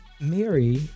Mary